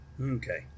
Okay